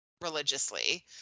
religiously